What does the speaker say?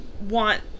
want